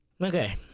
okay